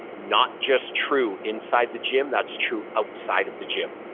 not just true inside the gym. that's true outside of the gym.